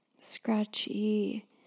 scratchy